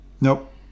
Nope